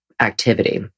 activity